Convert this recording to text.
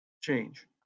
change